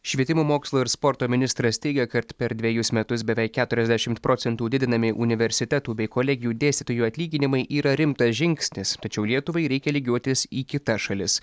švietimo mokslo ir sporto ministras teigia kad per dvejus metus beveik keturiasdešimt procentų didinami universitetų bei kolegijų dėstytojų atlyginimai yra rimtas žingsnis tačiau lietuvai reikia lygiuotis į kitas šalis